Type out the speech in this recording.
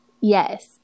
Yes